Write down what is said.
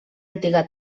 antiga